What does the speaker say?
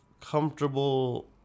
comfortable